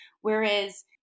Whereas